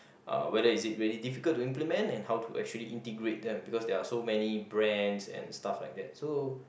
uh whether is it very difficult to implement and how to actually integrate them because there are so many brands and stuff like that so